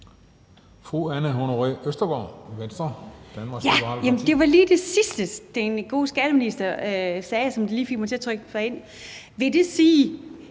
Anne Honoré Østergaard (V): Det var lige det sidste, den gode skatteminister sagde, som fik mig til at trykke mig ind. Vil det sige,